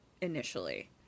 initially